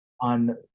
on